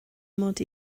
mod